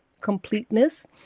completeness